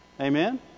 Amen